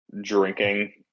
drinking